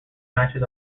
matches